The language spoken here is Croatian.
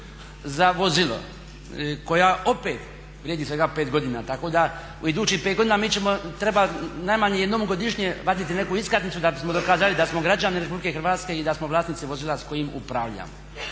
za vozilo koja opet vrijedi svega pet godina. Tako da u idućih pet godina mi ćemo trebati najmanje jednom godišnje vaditi neku iskaznicu da bismo dokazali da smo građani Republike Hrvatske i da smo vlasnici vozila s kojim upravljamo.